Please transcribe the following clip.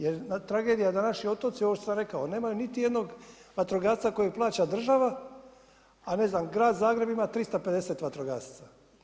Jer tragedija da naši otoci, ono što sam rekao, nemaju niti jednog vatrogasca kojeg plaća država, a ne znam Grad Zagreb ima 350 vatrogasaca.